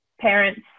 parents